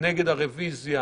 נגד הרביזיה